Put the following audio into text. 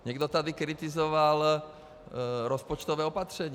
Někdo tady kritizoval rozpočtové opatření.